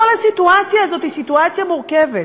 כל הסיטואציה הזאת היא סיטואציה מורכבת.